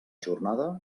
jornada